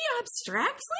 abstractly